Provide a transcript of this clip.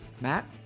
Matt